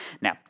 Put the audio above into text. Now